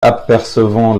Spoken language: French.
apercevant